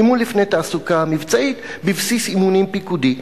אימון לפני תעסוקה מבצעית, בבסיס אימונים פיקודי.